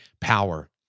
power